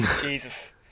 Jesus